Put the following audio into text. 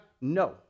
no